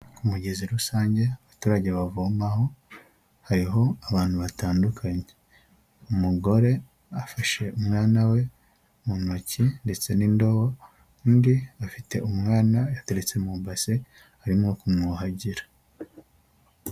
Ku mugezi rusange abaturage bavomaho hariho abantu batandukanye, umugore afashe umwana we mu ntoki ndetse n'indobo, undi afite umwana yateretse mu ibase arimo kumwuhagira.